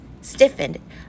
stiffened